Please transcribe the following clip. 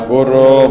Guru